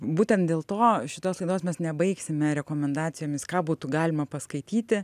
būtent dėl to šitos klaidos mes nebaigsime rekomendacijomis ką būtų galima paskaityti